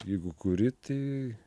jeigu kuri tai